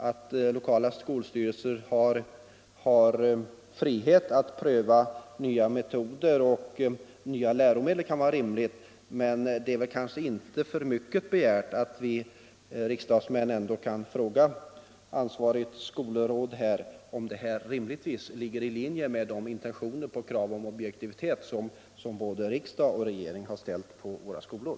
Att lokala skolstyrelser har frihet att pröva nya metoder och nya lä romedel kan vara rimligt, men det kanske ändå inte är för mycket begärt att vi riksdagsmän kan fråga ett ansvarigt statsråd, om detta experiment ligger i linje med de intentioner om krav på objektivitet som både riksdag och regering har ställt på våra skolor.